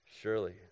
Surely